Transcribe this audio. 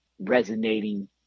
resonating